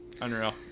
unreal